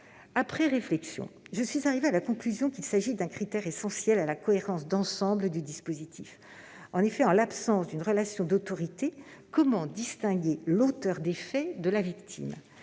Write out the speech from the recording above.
Après réflexion, j'en suis arrivée à la conclusion qu'il s'agit d'un critère essentiel à la cohérence d'ensemble du dispositif : en l'absence d'une relation d'autorité, comment distinguer en effet l'auteur des faits de la victime ?